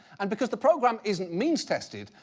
and because the program isn't means tested,